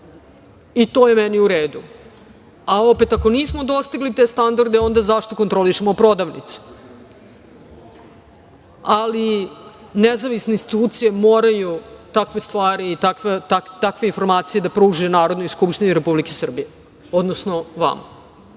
prodavnicama. Opet ako nismo dostigli te standarde, onda zašto kontrolišemo prodavnice? Ali, nezavisne institucije moraju takve stvari i takve informacije da pružaju Narodnoj skupštini Republike Srbije, odnosno vama.